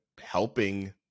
helping